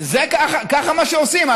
כך עושים.